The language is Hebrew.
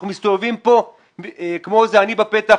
אנחנו מסתובבים כאן כמו עניים בפתח,